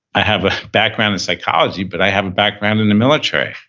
i have a background in psychology, but i have a background in the military.